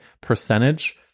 percentage